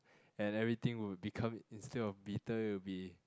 and everything will become instead of bitter it will be